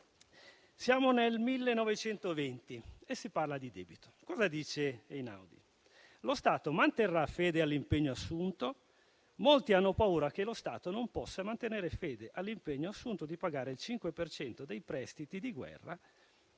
Siamo nel 1920 e si parla di debito: cosa dice Einaudi? Lo Stato manterrà fede all'impegno assunto? Molti hanno paura che lo Stato non possa mantenere fede all'impegno assunto di pagare il 5 per cento sui prestiti di guerra